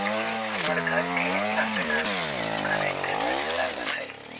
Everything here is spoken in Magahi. हमर घर के आगना में कनइल के गाछ लागल हइ